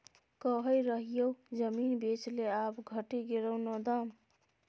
कहय रहियौ जमीन बेच ले आब घटि गेलौ न दाम